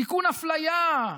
תיקון אפליה,